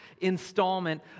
installment